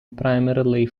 primarily